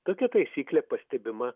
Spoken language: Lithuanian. tokia taisyklė pastebima